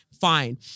Fine